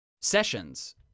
sessions